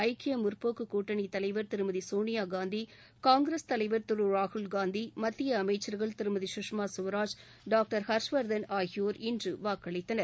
ஐக்கிய முற்போக்கு கூட்டணி தலைவா் திருமதி சோனியா காந்தி காங்கிரஸ் தலைவா் திரு ராகுல் காந்தி மத்திய அமைச்சர்கள் திருமதி சுஷ்மா சுவராஜ் டாக்டர் ஹர்ஸ் வர்தன் ஆகியோர் இன்று வாக்களித்தனர்